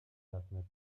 verkehrsnetz